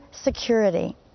security